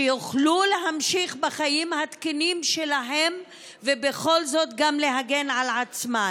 שיוכלו להמשיך בחיים התקינים שלהן ובכל זאת גם להגן על עצמן.